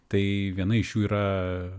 tai viena iš jų yra